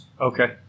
Okay